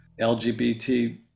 LGBT